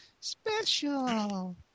Special